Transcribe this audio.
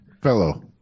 Fellow